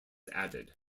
added